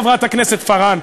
חברת הכנסת פארן,